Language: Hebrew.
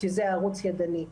שזה ערוץ ידני.